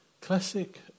classic